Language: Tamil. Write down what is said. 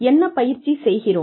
என்ன பயிற்சி செய்கிறோம்